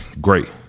great